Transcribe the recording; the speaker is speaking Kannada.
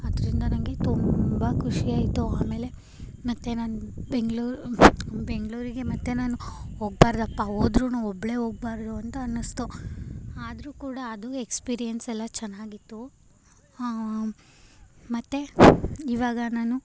ಅದರಿಂದ ನನಗೆ ತುಂಬ ಖುಷಿಯಾಯಿತು ಆಮೇಲೆ ಮತ್ತು ನಾನು ಬೆಂಗ್ಳೂರು ಬೆಂಗ್ಳೂರಿಗೆ ಮತ್ತು ನಾನು ಹೋಗ್ಬಾರ್ದಪ್ಪಾ ಹೋದ್ರೂನೂ ಒಬ್ಬಳೇ ಹೋಗ್ಬಾರ್ದು ಅಂತ ಅನ್ನಿಸ್ತು ಆದರೂ ಕೂಡ ಅದು ಎಕ್ಸ್ಪೀರಿಯನ್ಸ್ ಎಲ್ಲ ಚೆನ್ನಾಗಿತ್ತು ಮತ್ತು ಇವಾಗ ನಾನು